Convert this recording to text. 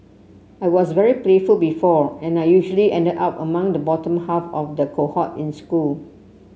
I was very playful before and I usually ended up among the bottom half of the cohort in school